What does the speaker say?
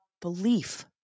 belief